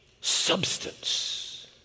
substance